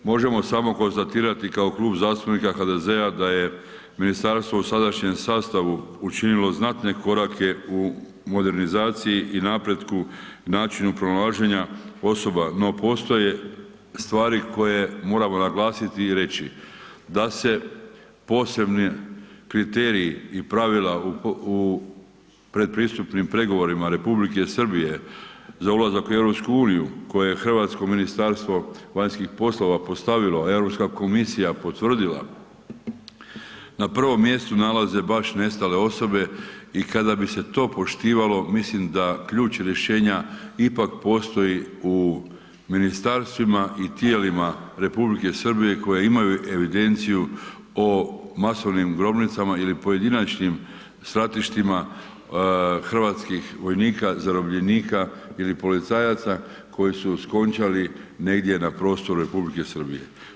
Možemo samo konstatirati kao Klub zastupnika HDZ-a da je ministarstvo u sadašnjem sastavu učinilo znatne korake u modernizaciji i napretku i načinu pronalaženju osoba no postoje stvari koje moramo naglasiti i reći da se posebni kriteriji i pravila u predpristupnim pregovorima Republike Srbije za ulazak u EU koje je hrvatsko Ministarstvo vanjskih poslova postavili, EU komisija potvrdila, na prvom mjestu nalaze baš nestale osobe i kada bi se to poštivalo, mislim da ključ rješenja ipak postoji u ministarstvima i tijelima Republike Srbije koje imaju evidenciju o masovnim grobnicama ili pojedinačnim stratištima hrvatskih vojnika, zarobljenika ili policajaca koji su skončali negdje na prostoru Republike Srbije.